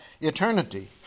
eternity